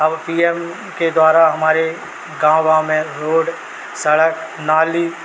और C M के द्वारा हमारे गाँव गाँव में रोड सड़क नाली